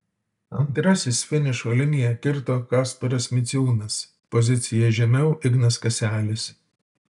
antrasis finišo liniją kirto kasparas miciūnas pozicija žemiau ignas kaselis